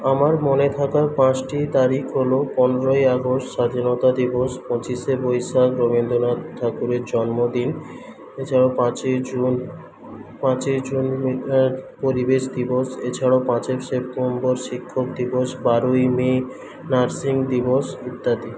আমার মনে থাকা পাঁচটি তারিখ হল পনেরোই আগস্ট স্বাধীনতা দিবস পঁচিশে বৈশাখ রবীন্দ্রনাথ ঠাকুরের জন্মদিন এছাড়াও পাঁচই জুন পাঁচই জুন পরিবেশ দিবস এছাড়াও পাঁচই সেপ্টেম্বর শিক্ষক দিবস বারোই মে নার্সিং দিবস ইত্যাদি